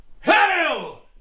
Hail